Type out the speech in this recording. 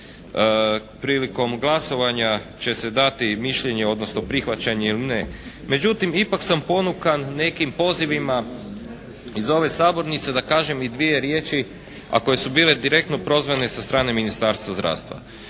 prilikom glasovanja će se dati mišljenje, odnosno prihvaćanje ili ne. Međutim ipak sam ponukan nekim pozivima iz ove sabornice da kažem i dvije riječi, a koje su bile direktno prozvane sa strane Ministarstva zdravstva.